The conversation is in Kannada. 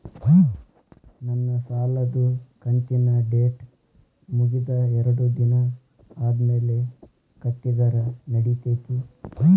ನನ್ನ ಸಾಲದು ಕಂತಿನ ಡೇಟ್ ಮುಗಿದ ಎರಡು ದಿನ ಆದ್ಮೇಲೆ ಕಟ್ಟಿದರ ನಡಿತೈತಿ?